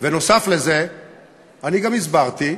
בנוסף לזה גם הסברתי,